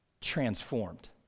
transformed